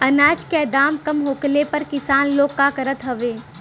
अनाज क दाम कम होखले पर किसान लोग का करत हवे?